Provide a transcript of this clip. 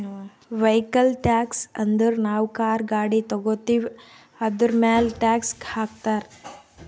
vehicle tax ಅಂದುರ್ ನಾವು car, ಗಾಡಿ ತಗೋತ್ತಿವ್ ಅದುರ್ಮ್ಯಾಲ್ ಟ್ಯಾಕ್ಸ್ ಹಾಕ್ತಾರ್